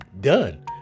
done